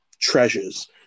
treasures